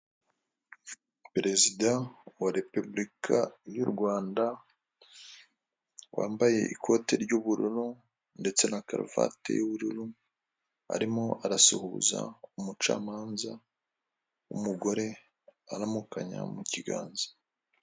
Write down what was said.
Perezida wa Repubulika y'u Rwanda wambaye ikote ry'ubururu ndetse na karuvate y'ubururu arimo arasuhuza umucamanza w'umugore, aramukanya mu kiganza.